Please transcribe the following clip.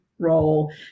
role